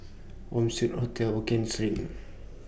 Home Suite Hotel Hokien Street